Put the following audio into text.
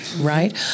Right